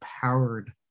powered